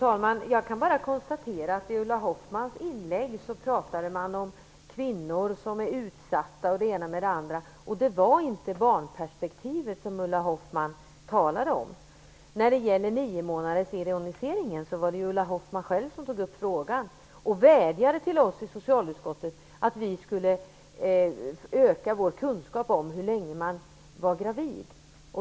Fru talman! Jag kan bara konstatera att Ulla Hoffmann i sitt inlägg pratade om kvinnor som är utsatta och det ena med det andra. Det var inte barnperspektivet som Ulla Hoffmann talade om. När det gäller niomånadersironiseringen var det Ulla Hoffmann själv som tog upp frågan och vädjade till oss i socialutskottet att vi skulle öka vår kunskap om hur länge man var gravid.